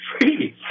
free